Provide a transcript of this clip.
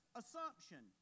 assumption